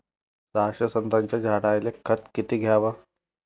सहाशे संत्र्याच्या झाडायले खत किती घ्याव?